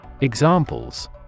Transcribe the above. Examples